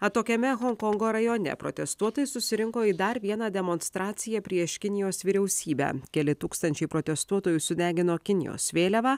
atokiame honkongo rajone protestuotojai susirinko į dar vieną demonstraciją prieš kinijos vyriausybę keli tūkstančiai protestuotojų sudegino kinijos vėliavą